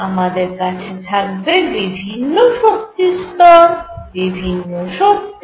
আমাদের কাছে থাকবে বিভিন্ন শক্তি স্তর বিভিন্ন শক্তি